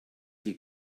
die